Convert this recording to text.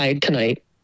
tonight